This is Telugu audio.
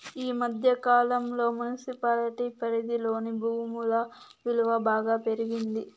ఈ మధ్య కాలంలో మున్సిపాలిటీ పరిధిలోని భూముల విలువ బాగా పెరిగింది